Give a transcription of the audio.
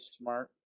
Smart